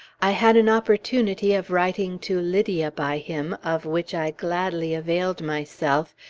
i had an opportunity of writing to lydia by him, of which i gladly availed myself,